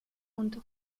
und